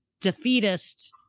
defeatist